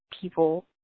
people